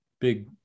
big